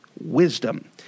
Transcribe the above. wisdom